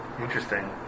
Interesting